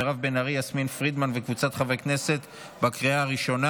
טטיאנה מזרסקי וקבוצת חברי הכנסת אושרה בקריאה הראשונה